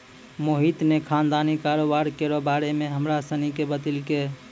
मोहित ने खानदानी कारोबार केरो बारे मे हमरा सनी के बतैलकै